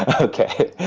ah okay.